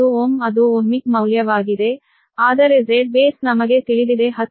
5Ω ಅದು ಓಹ್ಮಿಕ್ ಮೌಲ್ಯವಾಗಿದೆ ಆದರೆ Z ಬೇಸ್ ನಮಗೆ ತಿಳಿದಿದೆ 10